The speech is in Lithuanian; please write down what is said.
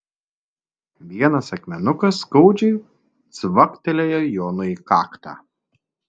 vienas akmenukas skaudžiai cvaktelėjo jonui į kaktą